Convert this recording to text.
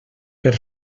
per